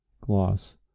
Gloss